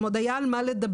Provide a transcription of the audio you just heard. אם היה עוד על מה לדבר,